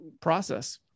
process